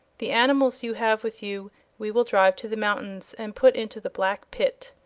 the animals you have with you we will drive to the mountains and put into the black pit.